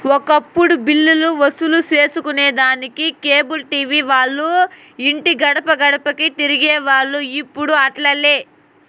ఒకప్పుడు బిల్లులు వసూలు సేసుకొనేదానికి కేబుల్ టీవీ వాల్లు ఇంటి గడపగడపకీ తిరిగేవోల్లు, ఇప్పుడు అట్లాలే